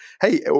hey